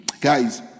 guys